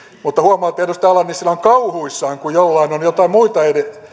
mutta huomaa että edustaja ala nissilä on kauhuissaan kun jollain on joitain muita